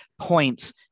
points